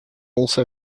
also